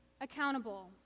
accountable